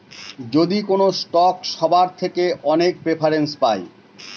যদি কোনো স্টক সবার থেকে অনেক প্রেফারেন্স পায়